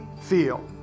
feel